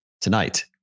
Tonight